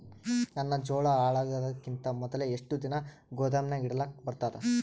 ನನ್ನ ಜೋಳಾ ಹಾಳಾಗದಕ್ಕಿಂತ ಮೊದಲೇ ಎಷ್ಟು ದಿನ ಗೊದಾಮನ್ಯಾಗ ಇಡಲಕ ಬರ್ತಾದ?